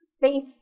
face